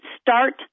start